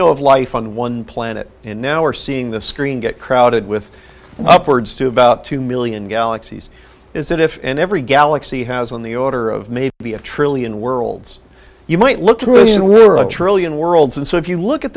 know of life on one planet and now we're seeing the screen get crowded with upwards to about two million galaxies is that if every galaxy has on the order of maybe a trillion worlds you might look through and were a trillion worlds and so if you look at